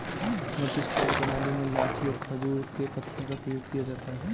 मद्दू सिंचाई प्रणाली में लाठी और खजूर के पत्तों का प्रयोग किया जाता है